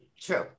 true